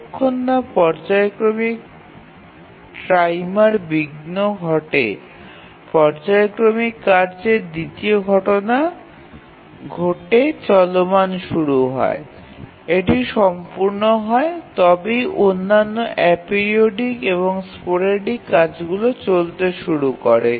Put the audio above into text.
যতক্ষণ না পর্যায়ক্রমিক টাইমার বিঘ্ন ঘটে পর্যায়ক্রমিক কার্যের দ্বিতীয় ঘটনা ঘটে চলমান শুরু হয় এবং এটি সম্পূর্ণ হয় তবেই অন্যান্য এপিওরিওডিক এবং স্পোরেডিক কাজগুলি চলতে শুরু করে